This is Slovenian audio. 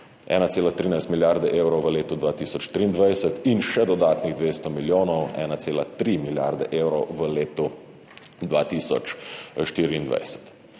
1,13 milijarde evrov v letu 2023 in še dodatnih 200 milijonov, 1,3 milijarde evrov v letu 2024.